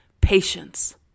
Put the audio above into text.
Patience